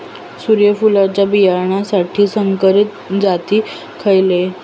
सूर्यफुलाच्या बियानासाठी संकरित जाती खयले?